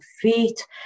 feet